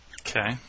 Okay